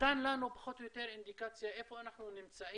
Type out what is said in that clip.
נתן לנו פחות או יותר אינדיקציה איפה אנחנו נמצאים.